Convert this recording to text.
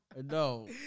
No